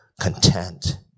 content